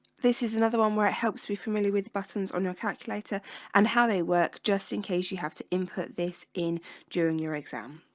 this is another one where it helps you familiar with buttons on your calculator and how they work just in case you have to input this in during your exam